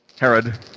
Herod